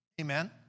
amen